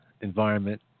environment